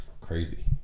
crazy